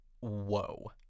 whoa